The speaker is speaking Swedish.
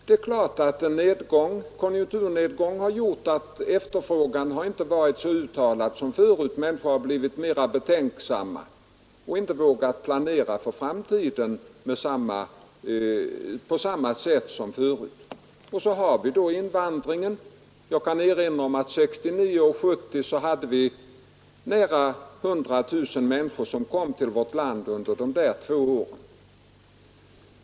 Det är klart att en konjunkturnedgång har gjort att efterfrågan inte har varit så uttalad som förut. Människor har blivit mera betänksamma och vågar inte planera för framtiden på samma sätt som förut. Och så har vi invandringen. Under de två åren 1969 och 1970 var det nära 100 000 människor som kom till vårt land. Nu har vi inget invandringsöverskott.